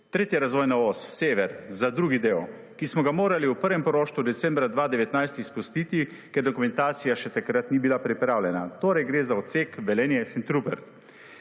3. razvojna os sever za drugi del, ki smo ga morali v prvem poroštvu decembra 2019 izpustiti, ker dokumentacija še takrat ni bila pripravljena, torej gre za odsek Velenje-Šentrupert,